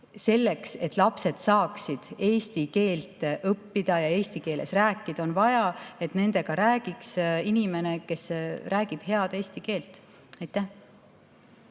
Selleks, et lapsed saaksid eesti keelt õppida ja eesti keeles rääkida, on vaja, et nendega räägiks inimene, kes räägib head eesti keelt. Aitäh!